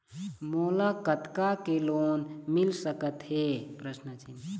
मोला कतका के लोन मिल सकत हे?